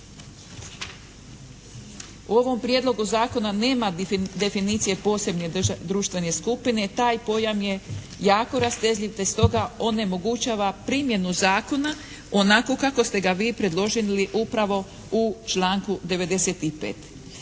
U ovom prijedlogu zakona nema definicije posebne društvene skupine. Taj pojam je jako rastezljiv te stoga onemogućava primjenu zakona onako kako ste ga vi predložili upravo u članku 95.